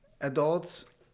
Adults